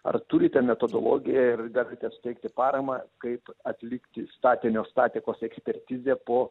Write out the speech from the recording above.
ar turite metodologiją ir galite suteikti paramą kaip atlikti statinio statikos ekspertizę po